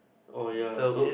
oh ya so